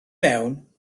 mewn